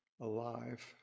alive